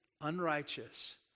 unrighteous